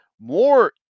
More